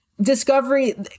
Discovery